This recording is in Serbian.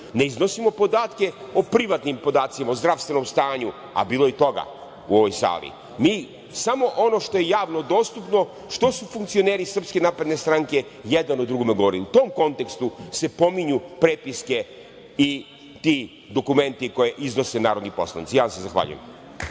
Ne iznosimo podatke o privatnim podacima, o zdravstvenom stanju, a bilo je i toga u ovoj sali, mi samo ono što je javno dostupno, što su funkcioneri SNS jedan o drugome govorili. U tom kontekstu se pominju prepiske i ti dokumenti koje iznose narodni poslanici. Zahvaljujem